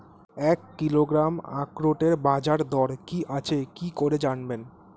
এক কিলোগ্রাম আখরোটের বাজারদর কি আছে কি করে জানবো?